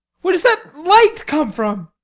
where does that light come from?